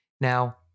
Now